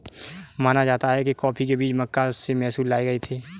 माना जाता है कि कॉफी के बीज मक्का से मैसूर लाए गए थे